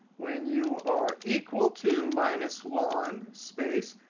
when you are equal to minus one, space,